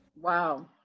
Wow